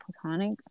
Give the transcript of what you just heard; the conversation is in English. platonic